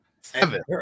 Seven